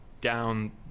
down